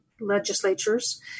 legislatures